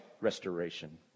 restoration